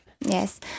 Yes